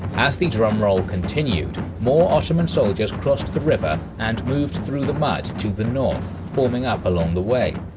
as the drumroll continued, more ottoman soldiers crossed the river and moved through the mud to the north, forming up along the way.